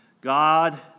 God